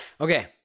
Okay